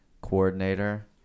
coordinator